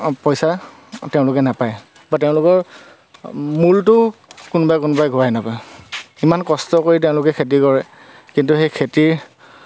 পইচা তেওঁলোকে নাপায় বা তেওঁলোকৰ মূলটো কোনোবাই কোনোবাই ঘূৰাই নাপায় ইমান কষ্ট কৰি তেওঁলোকে খেতি কৰে কিন্তু সেই খেতিৰ